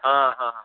हाँ हाँ